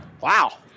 Wow